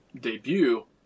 debut